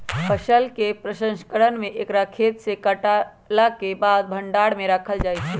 फसल के प्रसंस्करण में एकरा खेतसे काटलाके बाद भण्डार में राखल जाइ छइ